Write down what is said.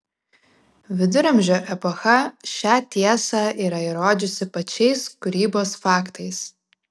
viduramžio epocha šią tiesą yra įrodžiusi pačiais kūrybos faktais